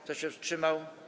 Kto się wstrzymał?